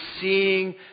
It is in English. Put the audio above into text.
seeing